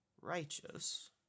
righteous